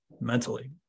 mentally